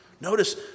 notice